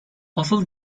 asıl